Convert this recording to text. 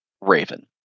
Raven